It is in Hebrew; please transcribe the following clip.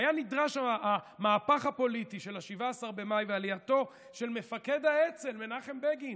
היה נדרש המהפך הפוליטי של 17 במאי ועלייתו של מפקד האצ"ל מנחם בגין